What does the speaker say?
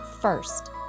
first